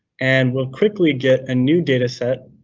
and we'll quickly get a new data set,